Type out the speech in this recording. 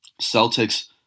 Celtics